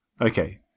Okay